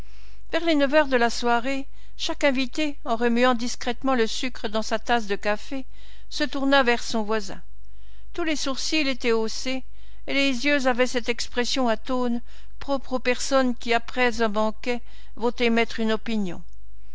vers les neuf heures de la soirée chaque invité en remuant discrètement le sucre dans sa tasse de café se tourna vers son voisin tous les sourcils étaient haussés et les yeux avaient cette expression atone propre aux personnes qui après un banquet vont émettre une opinion